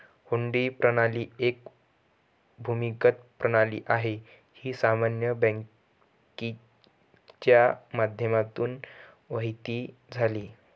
हुंडी प्रणाली एक भूमिगत प्रणाली आहे, ही सामान्य बँकिंगच्या माध्यमातून नव्हती झाली